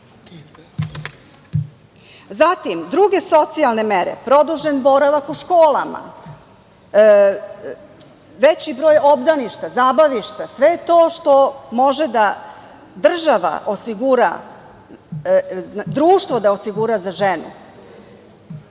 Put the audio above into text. nešto. Zatim, druge socijalne mere - produžen boravak u školama, veći broj obdaništa, zabavišta, sve je to što može država i društvo da osigura za ženu. Što